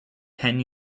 ten